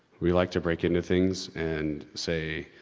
we like to break into things and say,